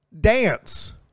dance